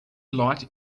light